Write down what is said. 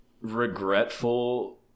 regretful